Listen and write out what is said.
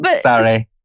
Sorry